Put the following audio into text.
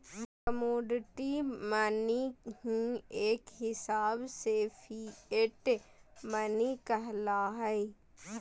commodity money ही एक हिसाब से फिएट मनी कहला हय